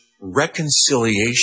reconciliation